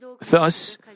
Thus